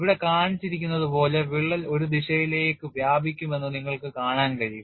ഇവിടെ കാണിച്ചിരിക്കുന്നതുപോലെ വിള്ളൽ ഒരു ദിശയിലേക്ക് വ്യാപിക്കുമെന്ന് നിങ്ങൾക്ക് കാണാൻ കഴിയും